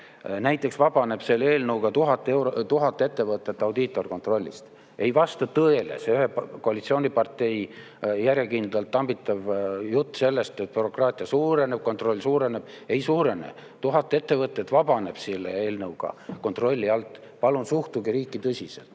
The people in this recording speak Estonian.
Näiteks vabaneb selle eelnõuga 1000 ettevõtet audiitorkontrollist. Ei vasta tõele see ühe koalitsioonipartei järjekindlalt tambitav jutt sellest, et bürokraatia suureneb, kontroll suureneb. Ei suurene! 1000 ettevõtet vabaneb selle eelnõuga kontrolli alt. Palun suhtuge riiki tõsiselt,